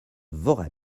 voreppe